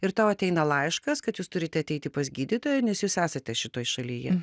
ir tau ateina laiškas kad jūs turite ateiti pas gydytoją nes jūs esate šitoj šalyje